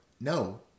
no